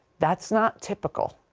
that's not typical.